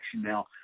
now